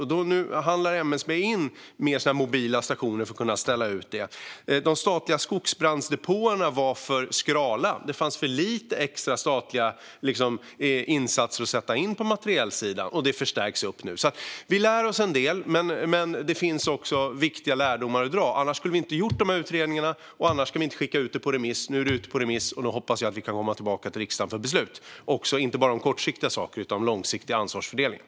Nu handlar MSB upp fler mobila stationer som ska sättas upp. De statliga skogsbrandsdepåerna var för skrala. Det fanns för lite extra statliga insatser att sätta in på materielsidan. Nu förstärks detta. Vi har alltså lärt oss en del, men det finns också viktiga lärdomar kvar att dra - annars skulle vi inte ha tillsatt dessa utredningar eller skickat ut dem på remiss. Nu är de ute på remiss, och jag hoppas att vi kan komma tillbaka till riksdagen för beslut, inte bara om kortsiktiga lösningar utan även om den långsiktiga ansvarsfördelningen.